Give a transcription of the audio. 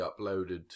uploaded